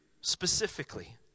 specifically